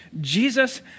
Jesus